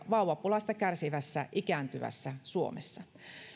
vauvapulasta kärsivässä ikääntyvässä suomessa